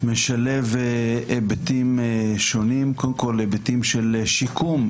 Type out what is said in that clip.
משלב היבטים שונים: קודם כל היבטים של שיקום.